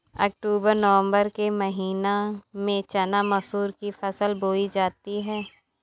अक्टूबर नवम्बर के महीना में चना मसूर की फसल बोई जाती है?